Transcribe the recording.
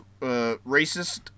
racist